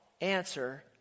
answer